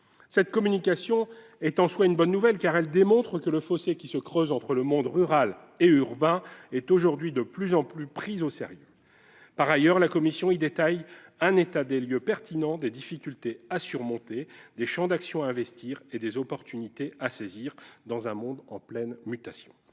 Cette communication est en soi une bonne nouvelle, car elle démontre que le fossé qui se creuse entre monde rural et monde urbain est aujourd'hui de plus en plus pris au sérieux. Par ailleurs, la Commission y détaille un état des lieux pertinent des difficultés à surmonter, des champs d'action à investir et des occasions à saisir dans un monde en pleine mutation.